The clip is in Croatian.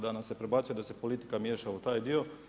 Da nam se prebacuje da se politika miješa u taj dio.